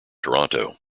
toronto